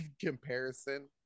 comparison